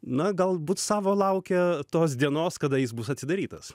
na galbūt savo laukia tos dienos kada jis bus atidarytas